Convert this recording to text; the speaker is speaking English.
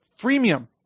freemium